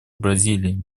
бразилии